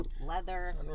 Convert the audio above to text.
leather